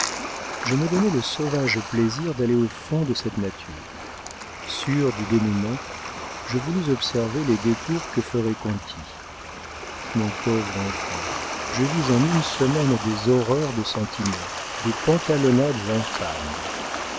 je me donnai le sauvage plaisir d'aller au fond de cette nature sûre du dénouement je voulus observer les détours que ferait conti mon pauvre enfant je vis en une semaine des horreurs de sentiment des pantalonnades infâmes